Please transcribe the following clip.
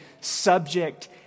subject